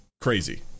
crazy